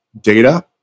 data